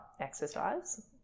exercise